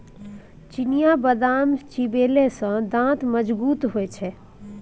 चिनियाबदाम चिबेले सँ दांत मजगूत होए छै